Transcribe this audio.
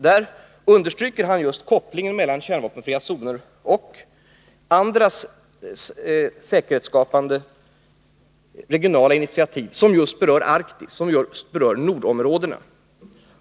Han understryker där kopplingen mellan kärnvapenfria zoner och andra säkerhetsskapande regionala initiativ som berör bl.a. Arktis och andra nordområden.